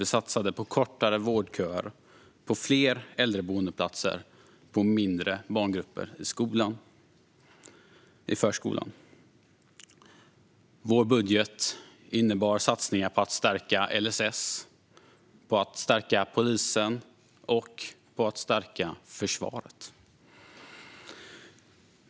Vi satsade på kortare vårdköer, fler äldreboendeplatser och mindre barngrupper i förskolan. Vår budget innebar satsningar på att stärka LSS, polisen och försvaret.